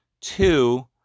Two